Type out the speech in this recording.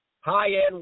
high-end